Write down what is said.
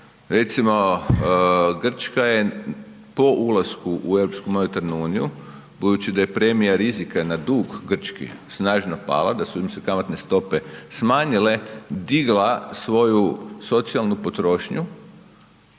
Recimo, Grčka je po ulasku u europsku monetarnu uniju budući da je premija rizika na dug Grčke snažno pala, da su im se kamatne stope smanjile, digla svoju socijalnu potrošnju